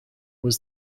was